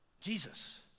Jesus